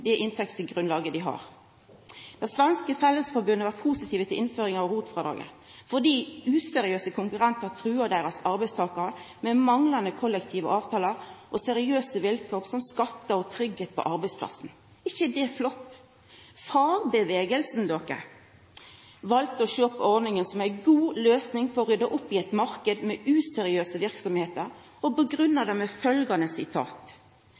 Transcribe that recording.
innføring av ROT-frådraget fordi useriøse konkurrentar trua arbeidstakarane med manglande kollektive avtalar og manglande seriøse vilkår, som skattar og tryggleik på arbeidsplassen. Er det ikkje flott at fagrørsla valde å sjå på ordninga som ei god løysing for å rydda opp i ein marknad med useriøse